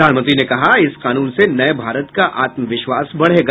प्रधानमंत्री ने कहा इस कानून से नये भारत का आत्मविश्वास बढ़ेगा